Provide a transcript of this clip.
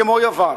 כמו יוון?